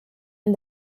and